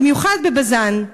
במיוחד בבז"ן?